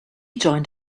joined